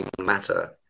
matter